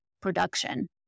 production